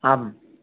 आम्